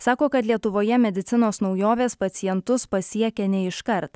sako kad lietuvoje medicinos naujovės pacientus pasiekia ne iškart